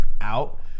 out